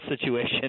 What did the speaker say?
situation